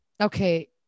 Okay